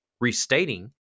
restating